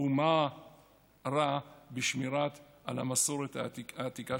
ומה רע בשמירה על המסורת העתיקה שלנו?"